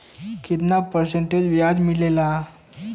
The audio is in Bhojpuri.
कितना परसेंट ब्याज मिलेला?